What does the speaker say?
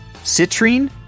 Citrine